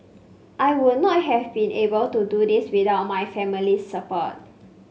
I would not have been able to do this without my family's support